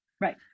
Right